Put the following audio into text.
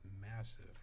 massive